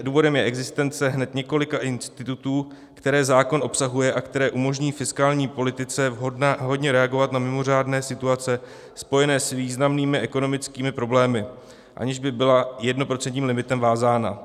Důvodem je existence hned několika institutů, které zákon obsahuje a které umožňují fiskální politice vhodně reagovat na mimořádné situace spojené s významnými ekonomickými problémy, aniž by byla 1% limitem vázána.